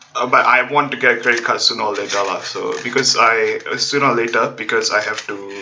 uh but I want to get credit card sooner or later lah so because I uh sooner or later because I have to